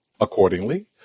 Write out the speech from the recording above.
Accordingly